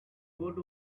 good